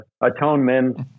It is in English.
atonement